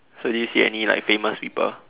so did you see any like famous people